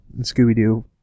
Scooby-Doo